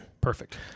Perfect